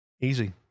easy